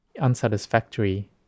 unsatisfactory